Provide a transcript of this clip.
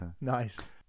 nice